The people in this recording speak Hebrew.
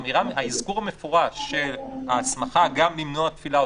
האזכור המפורש שההסמכה גם למנוע תפילה או